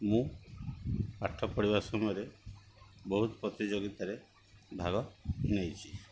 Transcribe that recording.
ମୁଁ ପାଠ ପଢ଼ିବା ସମୟରେ ବହୁତ ପ୍ରତିଯୋଗିତାରେ ଭାଗ ନେଇଛି